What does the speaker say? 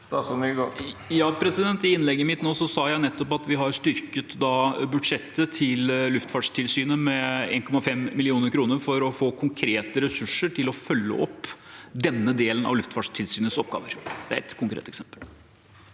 I innlegget mitt nå sa jeg nettopp at vi har styrket budsjettet til Luftfartstilsynet med 1,5 mill. kr for å få konkrete ressurser til å følge opp denne delen av Luftfartstilsynets oppgaver. Det er et konkret eksempel.